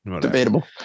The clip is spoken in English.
debatable